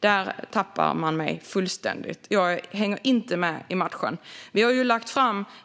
Där tappar man mig fullständigt. Jag hänger inte med i matchen. Vi har ju